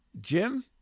Jim